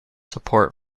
support